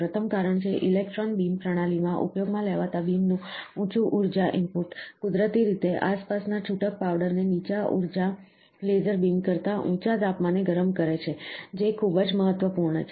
પ્રથમ કારણ છે ઇલેક્ટ્રોન બીમ પ્રણાલીમાં ઉપયોગમાં લેવાતા બીમનું ઊંચું ઊર્જા ઇનપુટ કુદરતી રીતે આસપાસના છૂટક પાવડરને નીચા ઊર્જા લેસર બીમ કરતા ઊંચા તાપમાને ગરમ કરે છે જે ખૂબ જ મહત્વપૂર્ણ છે